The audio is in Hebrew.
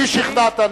אותי שכנעת,